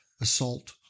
Assault